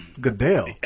Goodell